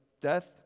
death